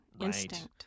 instinct